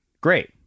great